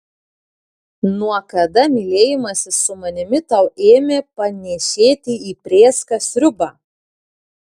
nuo kada mylėjimasis su manimi tau ėmė panėšėti į prėską sriubą